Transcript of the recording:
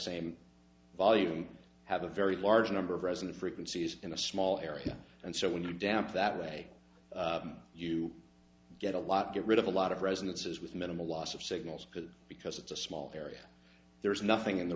same volume have a very large number of resonant frequencies in a small area and so when you damp that way you get a lot get rid of a lot of resonances with minimal loss of signals because because it's a small area there is nothing in the